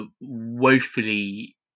woefully